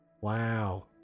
wow